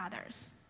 others